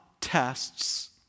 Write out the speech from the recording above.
tests